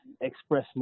express